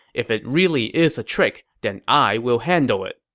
if it really is a trick, then i will handle it.